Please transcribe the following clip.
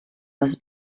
les